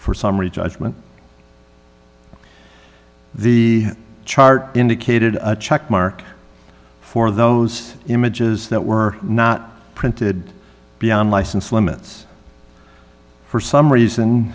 summary judgment the chart indicated a check mark for those images that were not printed beyond license limits for some reason